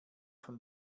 von